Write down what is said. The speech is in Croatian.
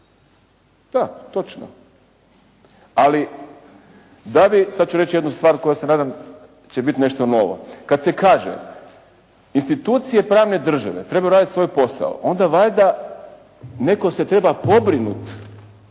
Da, točno. Ali sad ću reći jednu stvari koju se nadam će biti nešto novo, kad se kaže institucije pravne države trebaju raditi svoj posao, onda valjda netko se treba pobrinuti